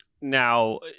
Now